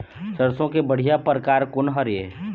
सरसों के बढ़िया परकार कोन हर ये?